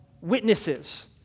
witnesses